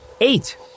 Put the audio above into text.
Eight